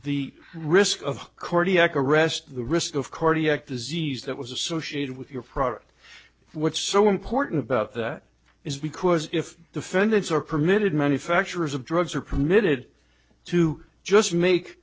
the risk of cordy i caressed the risk of cardiac disease that was associated with your product what's so important about that is because if the fenders are permitted manufacturers of drugs are permitted to just make